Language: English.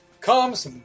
comes